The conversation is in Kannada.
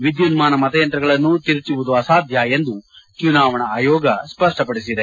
ವಿದ್ಯುನ್ಮಾನ ಮತಯಂತ್ರಗಳನ್ನು ತಿರುಚುವುದು ಅಸಾಧ್ಯ ಎಂದು ಚುನಾವಣಾ ಆಯೋಗ ಸ್ಪಷ್ಟಪದಿಸಿದೆ